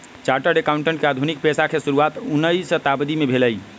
chartered accountant के आधुनिक पेशा के शुरुआत उनइ शताब्दी में भेलइ